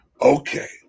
Okay